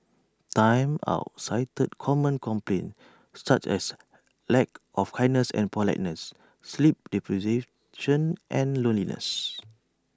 Time Out cited common complaints such as lack of kindness and politeness sleep and loneliness